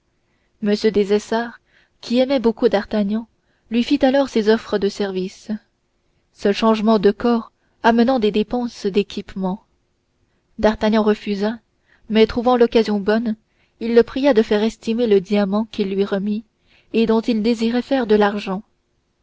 des essarts qui aimait beaucoup d'artagnan lui fit alors ses offres de service ce changement de corps amenant des dépenses d'équipement d'artagnan refusa mais trouvant l'occasion bonne il le pria de faire estimer le diamant qu'il lui remit et dont il désirait faire de l'argent